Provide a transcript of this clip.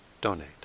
donate